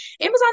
Amazon